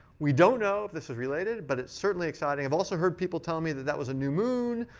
we don't know if this is related, but it's certainly exciting. i've also heard people tell me that that was a new moon.